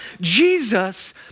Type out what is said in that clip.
Jesus